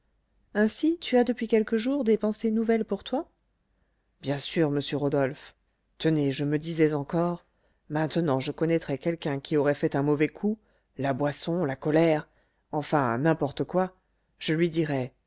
ainsi tu as depuis quelques jours des pensées nouvelles pour toi bien sûr monsieur rodolphe tenez je me disais encore maintenant je connaîtrais quelqu'un qui aurait fait un mauvais coup la boisson la colère enfin n'importe quoi je lui dirais